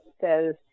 says